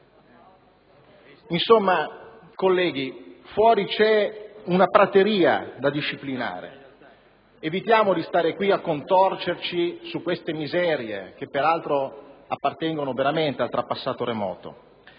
onorevoli colleghi, fuori c'è una "prateria" da disciplinare. Evitiamo di stare qui a contorcerci su queste miserie, che peraltro appartengono veramente al trapassato remoto.